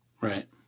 Right